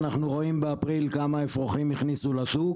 אנחנו רואים באפריל כמה אפרוחים הכניסו לשוק,